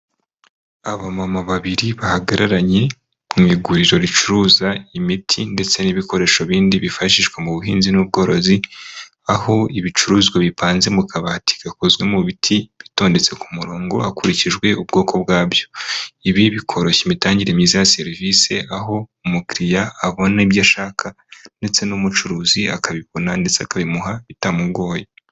Abamama babiri bahagararanye mu iguriro ricuruza imiti ndetse n'ibikoresho bindi byifashishwa mu buhinzi n'ubworozi aho ibicuruzwa bipanze mu kabati gakozwe mu biti bitondetse ku murongo hakurikijwe ubwoko bwabyo ibi bikoroshya imitangire myiza ya serivisi aho umukiliriya abona ibyo ashaka ndetse n'umucuruzi akabibona ndetse akabimuha bitamugoye.